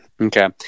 Okay